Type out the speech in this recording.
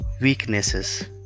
weaknesses